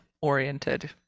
oriented